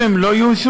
אם הן לא יאושרו,